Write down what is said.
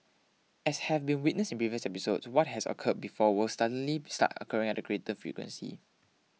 as have been witnessed in previous episodes what has occurred before will suddenly start occurring at a greater frequency